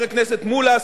חבר הכנסת מולה,